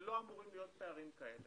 לא אמורים להיות פערים כאלה.